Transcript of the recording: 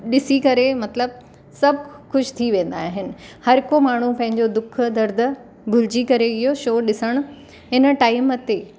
ॾिसी करे मतिलबु सभु ख़ुशि थी वेंदा आहिनि हर हिकु माण्हू पंहिंजो दुख दर्द भुलिजी करे इहो शो ॾिसण हिन टाइम ते